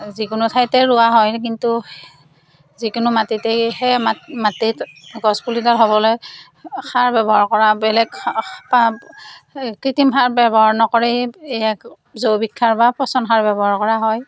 যিকোনো ঠাইতে ৰোৱা হয় কিন্তু যিকোনো মাটিতে সেই মাটিত গছপুলি ডাল হ'বলৈ সাৰ ব্যৱহাৰ কৰা বেলেগ এই কৃত্ৰিম সাৰ ব্যৱহাৰ নকৰে জৈৱিক সাৰ বা পচন সাৰ ব্যৱহাৰ কৰা হয়